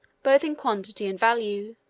both in quantity and value,